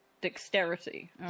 Dexterity